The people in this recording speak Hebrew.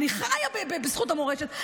אני חיה בזכות המורשת,